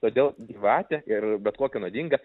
todėl gyvatė ir bet kokia nuodinga